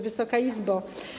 Wysoka Izbo!